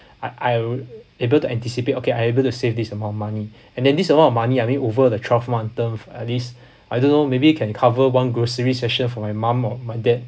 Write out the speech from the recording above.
I I'll able to anticipate okay I am able to save this amount of money and then this amount of money I mean over the twelve month term at least I don't know maybe can cover one grocery session for my mum or my dad